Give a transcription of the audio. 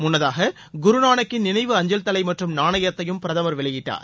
முன்னதாக குருநானக்கின் நினைவு அஞ்சல் தலை மற்றும் நாணயத்தையும் பிரதமர் வெளியிட்டார்